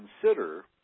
consider